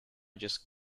just